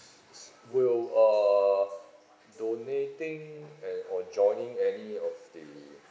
s~ s~ do~ err donating and on joining any of the